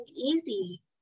easy